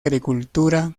agricultura